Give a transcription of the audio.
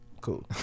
Cool